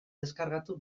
deskargatu